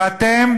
ואתם,